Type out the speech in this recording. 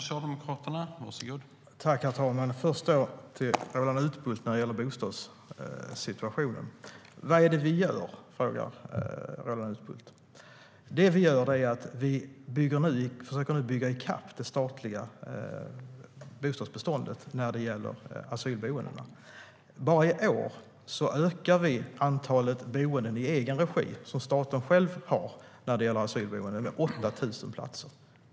Herr talman! Vad gör vi åt bostadssituationen? frågar Roland Utbult. Det vi gör är att nu försöka bygga i kapp det statliga bostadsbeståndet när det gäller asylboendena. Bara i år ökar vi antalet asylboenden i egen regi, boenden som staten själv har, med 8 000 platser.